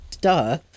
duh